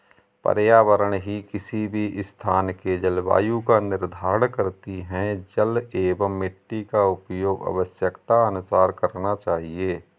पर्यावरण ही किसी भी स्थान के जलवायु का निर्धारण करती हैं जल एंव मिट्टी का उपयोग आवश्यकतानुसार करना चाहिए